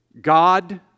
God